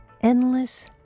Endless